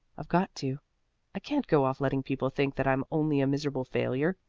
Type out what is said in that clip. i've got to i can't go off letting people think that i'm only a miserable failure.